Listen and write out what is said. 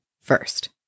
first